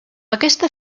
aquesta